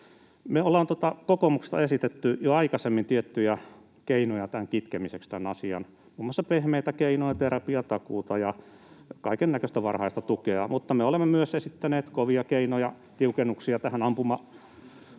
Me ollaan kokoomuksesta esitetty jo aikaisemmin tiettyjä keinoja tämän asian kitkemiseksi, muun muassa pehmeitä keinoja, terapiatakuuta ja kaikennäköistä varhaista tukea, mutta me olemme myös esittäneet kovia keinoja, tiukennuksia rikoslainsäädäntöön